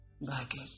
baggage